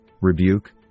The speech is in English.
rebuke